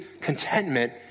contentment